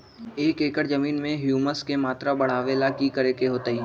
एक एकड़ जमीन में ह्यूमस के मात्रा बढ़ावे ला की करे के होतई?